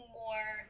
more